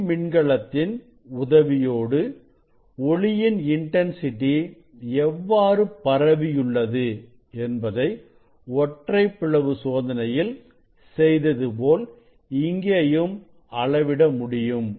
ஒளி மின்கலத்தின் உதவியோடு ஒளியின் இன்டன்சிட்டி எவ்வாறு பரவியுள்ளது என்பதை ஒற்றைப் பிளவு சோதனையில் செய்ததுபோல் இங்கேயும் அளவிட முடியும்